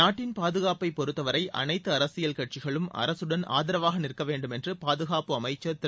நாட்டின் பாதுகாப்பை பொறுத்தவரை அனைத்து அரசியல் கட்சிகளும் அரசுடன் ஆதாவாக நிற்கவேண்டும் என்று பாதுகாப்பு அமைச்சர் திரு